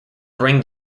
bring